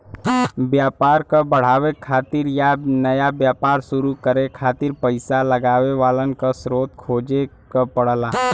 व्यापार क बढ़ावे खातिर या नया व्यापार शुरू करे खातिर पइसा लगावे वालन क स्रोत खोजे क पड़ला